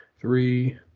three